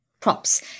Props